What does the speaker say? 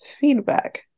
feedback